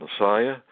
Messiah